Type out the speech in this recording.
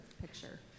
picture